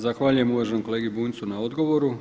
Zahvaljujem uvaženom kolegi Bunjcu na odgovoru.